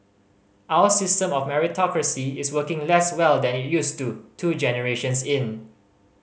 our system of meritocracy is working less well than it used to two generations in